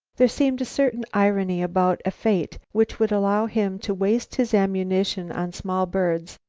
there seemed a certain irony about a fate which would allow him to waste his ammunition on small birds,